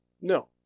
No